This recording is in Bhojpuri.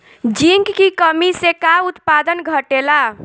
जिंक की कमी से का उत्पादन घटेला?